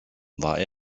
war